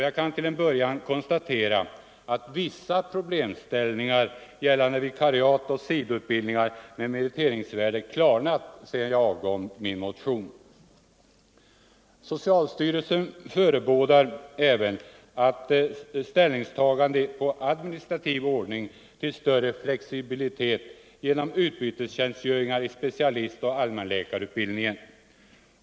Jag kan till en början konstatera att vissa problemställningar gällande vikariat och sidoutbildningar med meriteringsvärde klarnat sedan jag avgav min motion. Socialstyrelsen förebådar även ställningstagande i administrativ ordning till större flexibilitet genom utbytestjänstgöringar i specialistoch allmänläkarutbildningen.